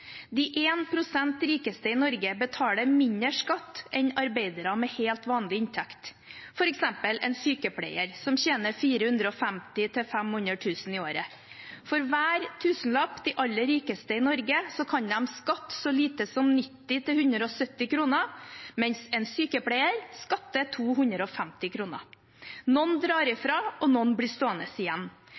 De 1 pst. rikeste i Norge betaler mindre skatt enn arbeidere med helt vanlig inntekt, f.eks. en sykepleier som tjener 450 000–500 000 kr i året. For hver tusenlapp de aller rikeste i Norge tjener, kan de skatte så lite som 90–170 kr, mens en sykepleier skatter 250 kr. Noen drar ifra, og noen blir stående igjen.